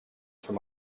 from